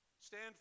Stand